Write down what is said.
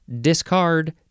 discard